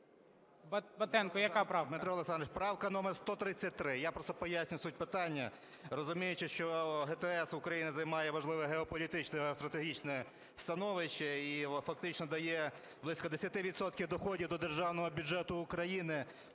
Батенко, яка правка?